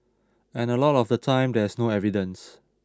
and a lot of the time there's no evidence